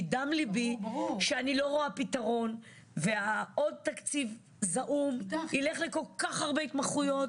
מדם לבי שאני לא רואה פתרון והעוד תקציב זעום יילך לכל כך הרבה התמחויות